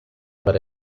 para